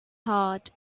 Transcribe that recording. heart